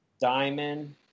diamond